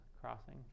crossing